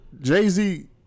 Jay-Z